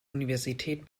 universität